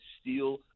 steel